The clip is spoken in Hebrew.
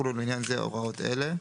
ויחולו לעניין זה הוראות אלה: